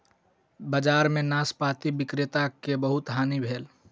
बजार में नाशपाती विक्रेता के बहुत हानि भेल